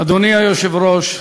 אדוני היושב-ראש,